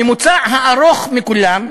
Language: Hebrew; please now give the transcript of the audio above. הממוצע הארוך מכולם,